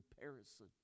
comparison